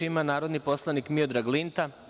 Reč ima narodni poslanik Miodrag Linta.